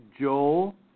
Joel